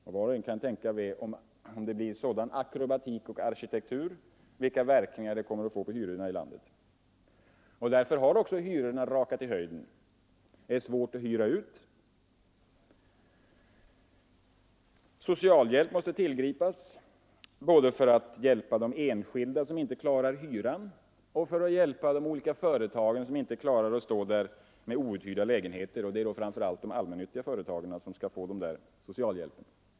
Om sådan akrobatik och arkitektur är allmän kan var och en tänka sig vilka verkningar det kommer att få på hyrorna i landet. Hyrorna har också rakat i höjden. Det är svårt att hyra ut. Socialhjälp måste tillgripas både för att hjälpa de enskilda som inte klarar hyran och för att hjälpa de olika företagen som inte klarar ekonomin med outhyrda lägenheter. Det är då framför allt de allmännyttiga företagen som skall få den där socialhjälpen.